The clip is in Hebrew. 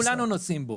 כולם נוסעים בהם.